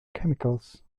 chemicals